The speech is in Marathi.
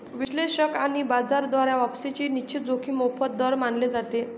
विश्लेषक आणि बाजार द्वारा वापसीची निश्चित जोखीम मोफत दर मानले जाते